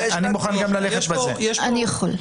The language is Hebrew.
קודם כל,